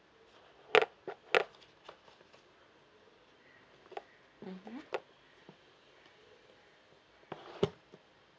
mmhmm